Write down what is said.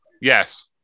Yes